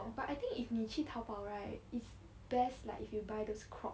but I think if 你去淘宝 right it's best like if you buy those crop